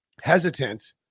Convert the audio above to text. hesitant